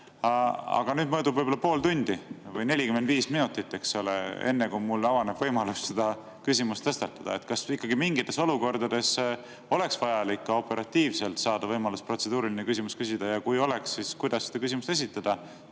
Aga möödub võib-olla pool tundi või 45 minutit, enne kui mul avaneb võimalus oma küsimust tõstatada. Kas ikkagi mingites olukordades oleks vajalik ka operatiivselt saada võimalus protseduuriline küsimus küsida? Ja kui oleks, siis kuidas seda küsimust esitada,